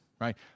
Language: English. right